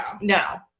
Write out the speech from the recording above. No